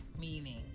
meaning